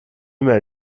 mail